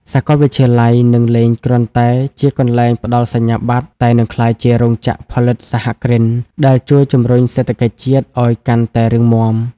សាកលវិទ្យាល័យនឹងលែងគ្រាន់តែជាកន្លែងផ្ដល់សញ្ញាបត្រ តែនឹងក្លាយជា "រោងចក្រផលិតសហគ្រិន" ដែលជួយជម្រុញសេដ្ឋកិច្ចជាតិឱ្យកាន់តែរឹងមាំ។